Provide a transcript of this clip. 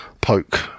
poke